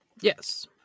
yes